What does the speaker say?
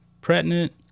pregnant